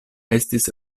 estis